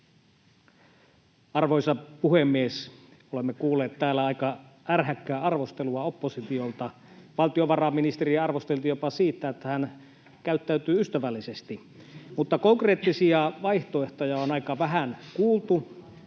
Arvoisa puhemies! Olemme kuulleet täällä aika ärhäkkää arvostelua oppositiolta — valtiovarainministeriä arvosteltiin jopa siitä, että hän käyttäytyy ystävällisesti — mutta konkreettisia vaihtoehtoja on aika vähän kuultu.